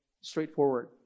Straightforward